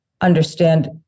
understand